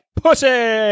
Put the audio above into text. pussy